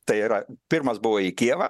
tai yra pirmas buvo į kijevą